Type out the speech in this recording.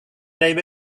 name